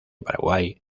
paraguay